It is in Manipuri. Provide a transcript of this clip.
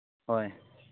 ꯍꯣꯏ